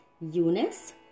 Eunice